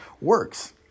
works